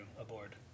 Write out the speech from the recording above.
aboard